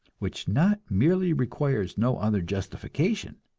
which not merely requires no other justification,